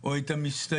או את המסתייג.